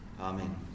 Amen